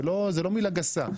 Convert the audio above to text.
זאת לא מילה גסה.